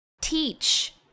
Teach